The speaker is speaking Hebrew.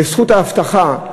וזכות ההבטחה,